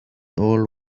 old